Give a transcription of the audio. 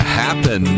happen